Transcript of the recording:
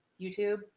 YouTube